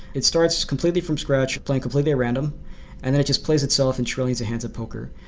it starts completely from scratch, playing completely at random and then it just plays itself in trillions of hands of poker.